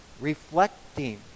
reflecting